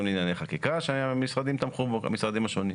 לענייני חקיקה שהמשרדים השונים תמכו בו.